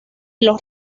los